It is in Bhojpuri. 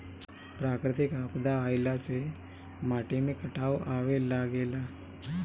प्राकृतिक आपदा आइला से माटी में कटाव आवे लागेला